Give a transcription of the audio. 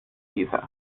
dieser